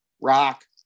Rock